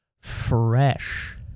fresh